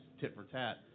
tit-for-tat